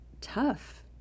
tough